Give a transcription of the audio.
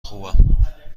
خوبم